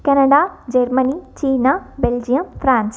Canada Germany China Belgium France